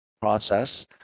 Process